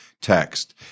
text